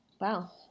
Wow